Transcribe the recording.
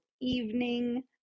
evening